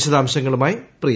വിശദാംശങ്ങളുമായി പ്രിയ